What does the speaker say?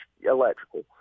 electrical